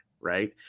right